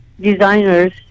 designers